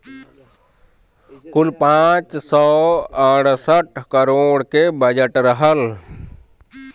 कुल पाँच सौ अड़सठ करोड़ के बजट रहल